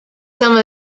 some